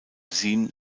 sin